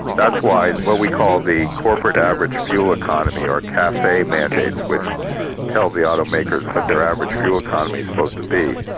that's why what we call the corporate average fuel economy, or cafe mandates, which tell the auto makers what their average fuel economy is supposed to be,